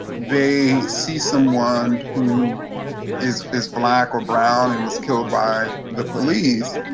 they see someone who is is black or brown and was killed by the police,